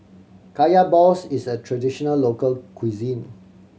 Kaya balls is a traditional local cuisine